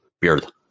Beard